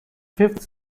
fifth